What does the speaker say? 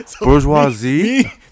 Bourgeoisie